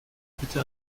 bitte